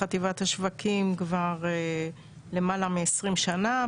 אני עובדת בחטיבת השווקים כבר למעלה מ-20 שנה,